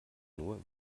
nur